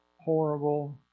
Horrible